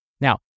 Now